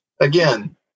Again